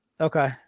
Okay